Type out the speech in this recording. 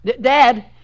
Dad